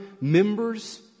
members